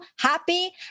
happy